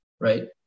Right